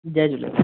Jay Jhulelal